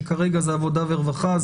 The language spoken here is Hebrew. שכרגע זה עבודה ורווחה,